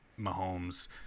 Mahomes –